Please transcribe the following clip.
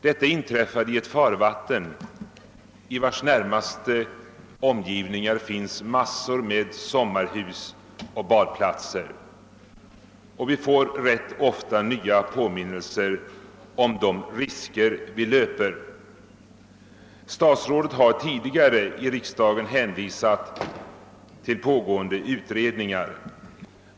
Detta inträffade i ett farvatten, i vars närmaste omgivningar finns massor med sommarhus och badplatser, och vi får rätt ofta nya påminnelser om de risker vi löper. Statsrådet har tidigare i riksdagen hänvisat till pågående utredningar.